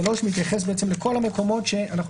סעיף (3) מתייחס לכל המקומות שאנחנו